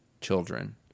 children